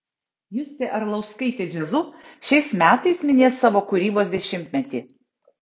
justė arlauskaitė jazzu šiais metais minės savo kūrybos dešimtmetį